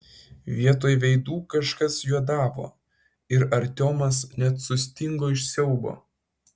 vietoj veidų kažkas juodavo ir artiomas net sustingo iš siaubo